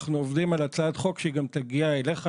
אנחנו עובדים על הצעת חוק שהיא גם תגיע אליך,